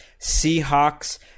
Seahawks